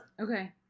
Okay